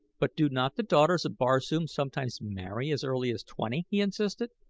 but do not the daughters of barsoom sometimes marry as early as twenty? he insisted.